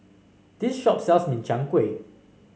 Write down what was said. this shop sells Min Chiang Kueh